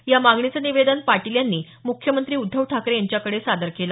या मागणीचं निवेदन पाटील यांनी मुख्यमंत्री उद्धव ठाकरे यांच्याकडे सादर केलं